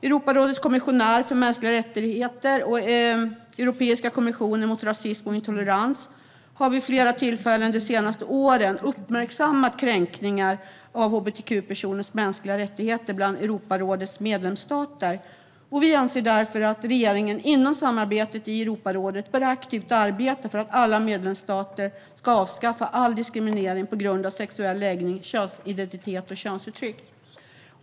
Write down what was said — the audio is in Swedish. Europarådets kommissionär för mänskliga rättigheter och Europeiska kommissionen mot rasism och intolerans har vid flera tillfällen de senaste åren uppmärksammat kränkningar av hbtq-personers mänskliga rättigheter bland Europarådets medlemsstater. Vi anser därför att regeringen inom samarbetet i Europarådet bör arbeta aktivt för att alla medlemsstater ska avskaffa all diskriminering på grund av sexuell läggning, könsidentitet och könsuttryck.